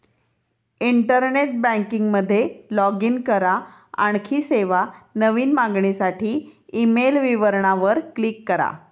internet banking मध्ये log in करा, आणखी सेवा, नवीन मागणीसाठी ईमेल विवरणा वर क्लिक करा